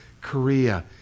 Korea